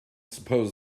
suppose